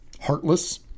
heartless